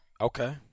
Okay